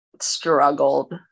struggled